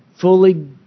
fully